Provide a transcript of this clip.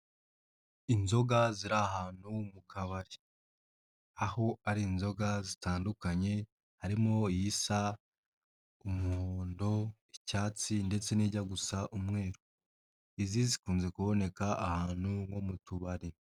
Inzoga ziri ahantu mu kabari. Aho ari inzoga zitandukanye, harimo iyisa umuhondo, icyatsi ndetse n'ijya gusa umweru. Izi zikunze kuboneka ahantu nko mu tubari.